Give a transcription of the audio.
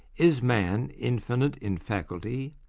is man infinite in faculty,